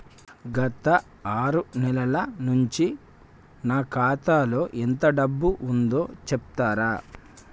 గత ఆరు నెలల నుంచి నా ఖాతా లో ఎంత డబ్బు ఉందో చెప్తరా?